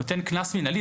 נותן קנס מנהלי,